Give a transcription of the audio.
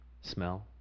smell